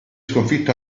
sconfitto